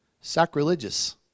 Sacrilegious